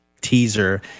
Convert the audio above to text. teaser